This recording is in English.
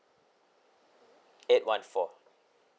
eight one four